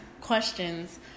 questions